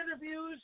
interviews